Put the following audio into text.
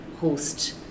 host